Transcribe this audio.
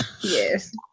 Yes